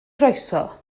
croeso